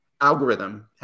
algorithm